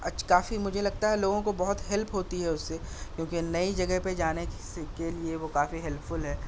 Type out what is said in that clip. آج کافی مجھے لگتا ہے لوگوں کو بہت ہیلپ ہوتی ہے اُس سے کیونکہ نئی جگہ پہ جانے سے کے لئے وہ کافی ہیلپفل ہے